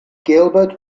gilbert